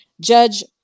Judge